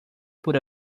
por